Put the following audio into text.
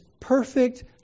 perfect